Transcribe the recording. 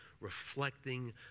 reflecting